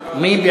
ההסתייגות.